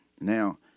Now